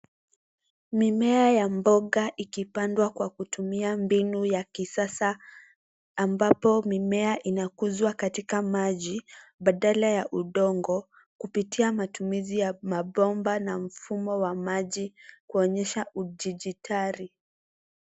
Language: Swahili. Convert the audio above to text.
Mimea ya mboga ikipandwa kwa kutumia mbinu ya kisasa ambapo mimea inakuzwa katika maji badala ya udongo kupitia matumizi ya mabomba na mfumo wa maji kuonyesha udijitali.